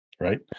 right